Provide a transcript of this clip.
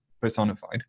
personified